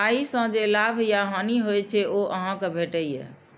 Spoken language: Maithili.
ओइ सं जे लाभ या हानि होइ छै, ओ अहां कें भेटैए